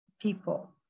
people